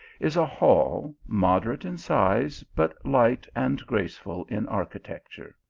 is a hall, moderate in size, but light and graceful in archi tecture.